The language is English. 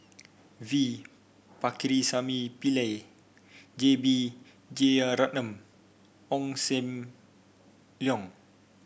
V Pakirisamy Pillai J B Jeyaretnam Ong Sam Leong